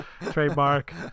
trademark